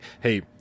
hey